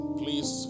please